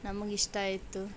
ನಮಗಿಷ್ಟ ಆಯಿತು